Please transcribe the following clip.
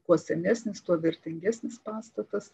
kuo senesnis tuo vertingesnis pastatas